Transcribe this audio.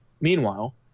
Meanwhile